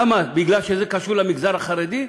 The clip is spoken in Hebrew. למה, מפני שזה קשור למגזר החרדי?